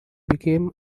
became